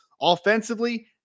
offensively